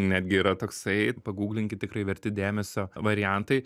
netgi yra toksai pagooglinkit tikrai verti dėmesio variantai